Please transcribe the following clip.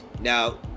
Now